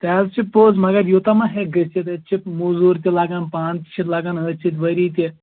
تہِ حظ چھِ پوٚز مَگر یوٗتاہ مہ ہٮ۪کہِ گٔژھِتھ ییٚتہِ چھِ مٔزوٗر تہِ لَگان پانہٕ تہِ چھِ لَگان أتھۍ سۭتۍ ؤری تہِ